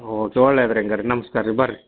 okay ಒಳ್ಳೇದು ರೀ ಹಾಗಾರೆ ನಮಸ್ಕಾರ ರೀ ಬರ್ರಿ